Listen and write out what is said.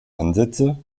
ansätze